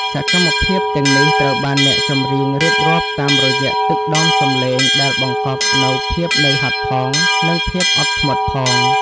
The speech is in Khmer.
សកម្មភាពទាំងនេះត្រូវបានអ្នកចម្រៀងរៀបរាប់តាមរយៈទឹកដមសម្លេងដែលបង្កប់នូវភាពនឿយហត់ផង និងភាពអត់ធ្មត់ផង។